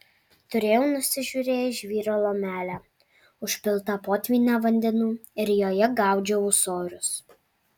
turėjau nusižiūrėjęs žvyro lomelę užpiltą potvynio vandenų ir joje gaudžiau ūsorius